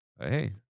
Hey